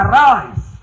Arise